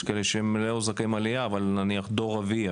יש כאלה שהם לא זכאי עלייה אבל הם נניח דור רביעי.